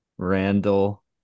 Randall